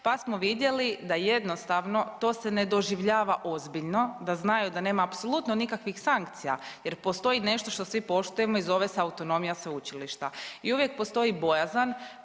pa smo vidjeli da jednostavno to se ne doživljava ozbiljno, da znaju da nema apsolutno nikakvih sankcija. Jer postoji nešto što svi poštujemo i zove se autonomija sveučilišta. I uvijek postoji bojazan